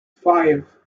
five